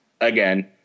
again